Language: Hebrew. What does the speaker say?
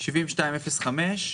72-05,